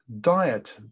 diet